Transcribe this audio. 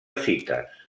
cites